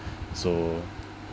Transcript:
so